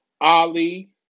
Ali